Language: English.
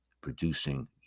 producing